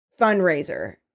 fundraiser